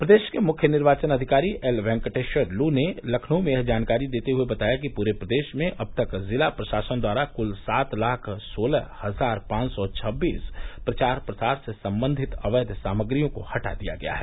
प्रदेश के मुख्य निर्वाचन अधिकारी एल वेंकेटेश्वर लू ने लखनऊ में यह जानकारी देते हुए बताया कि पूरे प्रदेश में अब तक जिला प्रशासन द्वारा कुल सात लाख सोलह हजार पांच सौ छब्बीस प्रचार प्रसार से संबंधित अवैध सामग्रियों को हटा दिया गया है